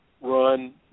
Run